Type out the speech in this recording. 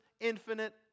infinite